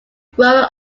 growing